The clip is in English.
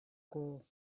goal